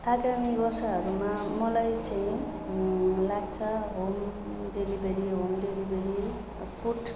आगामी वर्षहरूमा मलाई चाहिँ लाग्छ home delivery home delivery food